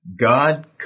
God